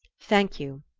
thank you,